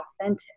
authentic